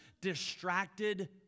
distracted